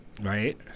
Right